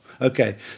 okay